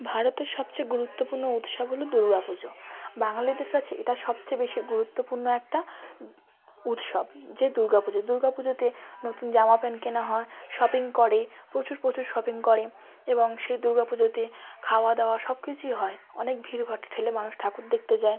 ভারতের সবচেয়ে গুরুত্বপূর্ণ উৎসব হলো দুর্গা পুজো বাঙালিদের কাছে এটা সবচেয়ে বেশি গুরুত্বপূর্ণ একটা উৎসব যে দুর্গা পুজো দুর্গা পুজোতে নতুন জামা প্যান্ট কেনা হয় শপিং করে প্রচুর প্রচুর শপিং করে এবং সেই দুর্গা পুজোতে খাওয়া দাওয়া সব কিছুই হয় অনেক ভিড় ভাট্টা ঠেলে মানুষ ঠাকুর দেখতে যায়